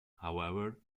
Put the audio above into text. however